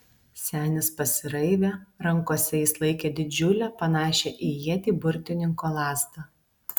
senis pasiraivė rankose jis laikė didžiulę panašią į ietį burtininko lazdą